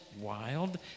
wild